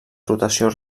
rotació